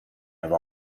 have